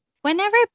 Whenever